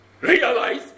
Realize